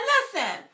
Listen